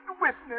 witness